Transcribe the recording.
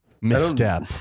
misstep